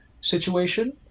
situation